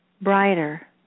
brighter